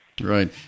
Right